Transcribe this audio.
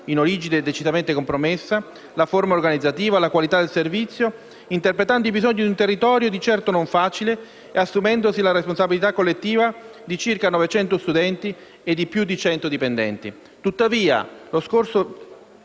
(in origine decisamente compromessa), la forma organizzativa, la qualità del servizio, interpretando i bisogni di un territorio di certo non facile e assumendosi la responsabilità collettiva di circa 900 studenti e di oltre 100 dipendenti.